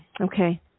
Okay